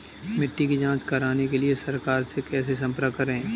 मिट्टी की जांच कराने के लिए सरकार से कैसे संपर्क करें?